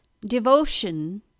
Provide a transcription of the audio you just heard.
devotion